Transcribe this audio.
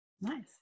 Nice